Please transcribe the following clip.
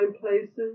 places